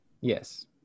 Yes